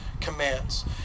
commands